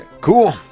Cool